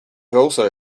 also